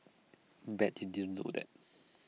bet you didn't know that